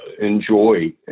enjoy